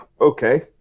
okay